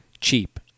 cheap